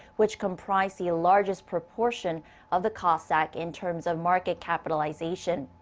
which comprise the largest proportion of the kosdaq in terms of market capitalization.